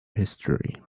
history